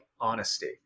honesty